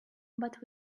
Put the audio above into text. but